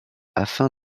afin